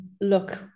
look